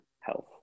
health